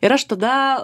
ir aš tada